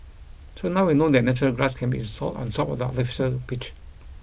so now we know that natural grass can be installed on top of the artificial pitch